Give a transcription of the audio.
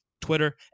twitter